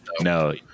no